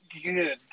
good